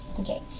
Okay